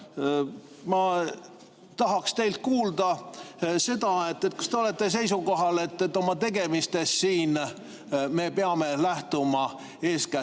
Ma tahaks teilt kuulda seda, kas te olete seisukohal, et oma tegemistes me peame lähtuma eeskätt